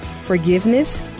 forgiveness